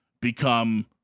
become